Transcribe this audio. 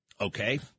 Okay